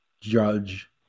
Judge